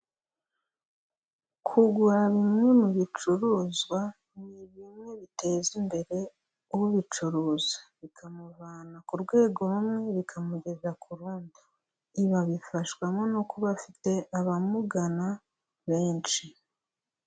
Kugura bimwe mu bicuruzwa ni bimwe biteza imbere ubicuruza bikamuvana ku rwego rumwe bikamugeza ku rundi, ibi abifashwamo no kuba afite abamugana benshi.